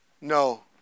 No